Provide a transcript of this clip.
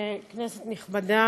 כנסת נכבדה,